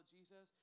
Jesus